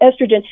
estrogen